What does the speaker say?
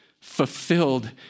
fulfilled